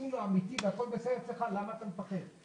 החיסון אמיתי והכול בסדר אצלך, למה אתה מפחד?